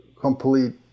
complete